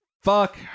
Fuck